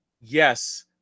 yes